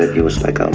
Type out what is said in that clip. ah he was like, oh,